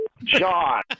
John